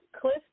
Cliff